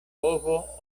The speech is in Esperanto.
ovo